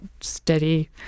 steady